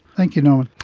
thank you know